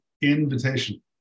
invitation